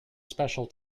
special